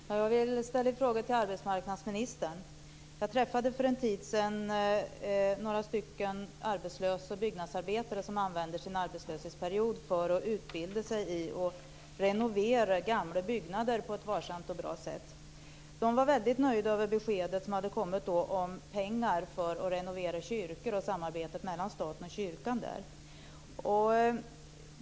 Fru talman! Jag vill ställa en fråga till arbetsmarknadsministern. Jag träffade för en tid sedan några arbetslösa byggnadsarbetare som använder sin arbetslöshetsperiod till att utbilda sig i att renovera gamla byggnader på ett varsamt och bra sätt. De var mycket nöjda med beskedet som hade kommmit om pengar till att renovera kyrkor och om samarbetet mellan staten och kyrkan.